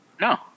No